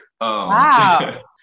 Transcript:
Wow